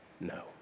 no